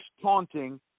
taunting